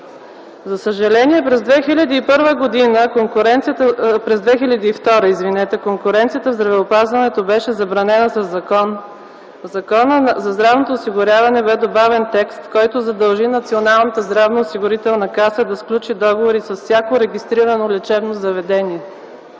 За съжаление, през 2002 г. конкуренцията в здравеопазването беше забранена със закон. В Закона за здравното осигуряване бе добавен текст, който задължи Националната здравноосигурителна каса да сключи договори с всяко регистрирано лечебно заведение.